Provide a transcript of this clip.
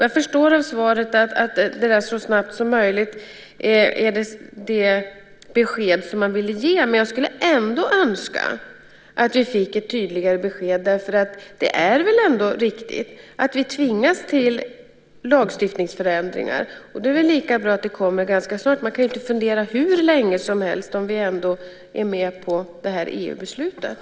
Jag förstår av svaret att "så snabbt som möjligt" är det besked som man vill ge, men jag skulle önska att vi fick ett tydligare besked. Det är väl ändå riktigt att vi tvingas till lagstiftningsförändringar, och då är det lika bra att det kommer ganska snart. Man kan inte fundera hur länge som helst om vi ändå är med på det här EU-beslutet.